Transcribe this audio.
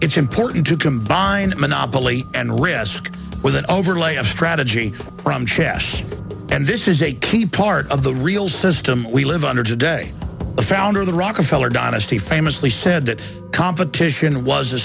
it's important to combine monopoly and risk with an overlay of strategy from chess and this is a key part of the real system we live under today the founder of the rockefeller dynasty famously said that competition was a